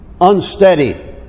Unsteady